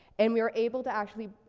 and we were able to actually,